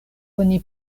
oni